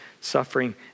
suffering